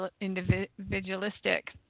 individualistic